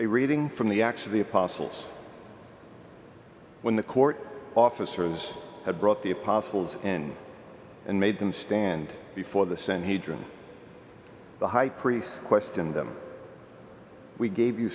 reading from the actually apostles when the court officers had brought the apostles in and made them stand before the sent he drew the high priests questioned them we gave you